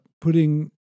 putting